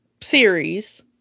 series